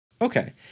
Okay